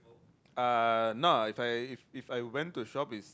uh no ah if I if I went to shop is